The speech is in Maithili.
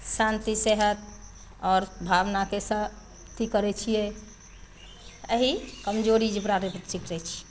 शान्ति से हाएत आओर भावनाकेसँ अथी करैत छियै एहि कमजोरी जे ओकरा दै छै तऽ सीखैत छियै